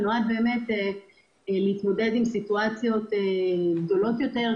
והוא נועד להתמודד עם סיטואציות גדולות יותר,